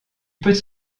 peut